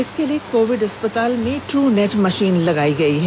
इसके लिए कोविड अस्पताल में ट्रनेट मषीन लगाई गई है